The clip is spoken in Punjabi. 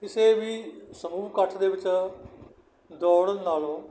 ਕਿਸੇ ਵੀ ਸਮੂਹ ਇਕੱਠ ਦੇ ਵਿੱਚ ਦੌੜਨ ਨਾਲੋਂ